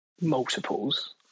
multiples